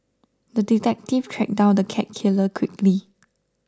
the detective tracked down the cat killer quickly